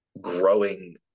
growing